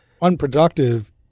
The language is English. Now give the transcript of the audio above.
unproductive